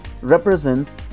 represents